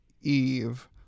Eve